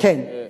כן.